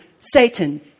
Satan